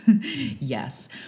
Yes